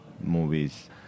movies